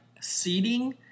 seating